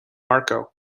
marco